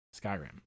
Skyrim